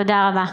תודה רבה.)